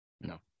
No